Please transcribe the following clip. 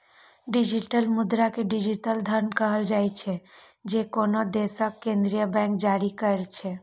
digital मुद्रा कें digital धन कहल जाइ छै, जे कोनो देशक केंद्रीय बैंक जारी करै छै